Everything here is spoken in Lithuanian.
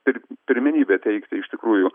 ir pirmenybę teikti iš tikrųjų